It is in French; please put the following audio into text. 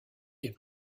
est